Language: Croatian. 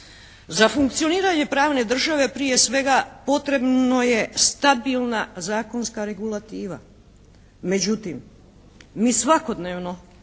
Za funkcioniranje pravne države prije svega potrebna je stabilna zakonska regulativa. Međutim, mi svakodnevno